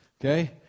Okay